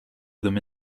them